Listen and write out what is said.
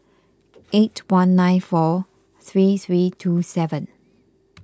eight one nine four three three two seven